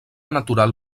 natural